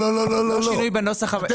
אנחנו